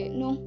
no